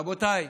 רבותיי,